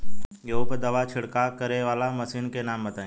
गेहूँ पर दवा छिड़काव करेवाला मशीनों के नाम बताई?